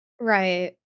Right